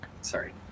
sorry –